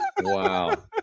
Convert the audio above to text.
Wow